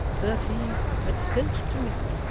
that he had sent to me,